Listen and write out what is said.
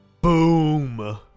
Boom